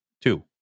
Two